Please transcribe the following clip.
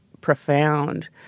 profound